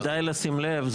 כדאי לשים לב,